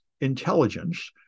intelligence